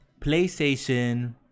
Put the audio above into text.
PlayStation